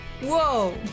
Whoa